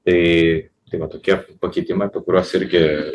tai tai va tokie pakeitimai apie kuriuos irgi